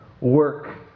Work